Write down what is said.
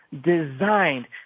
designed